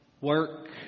work